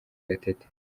gatete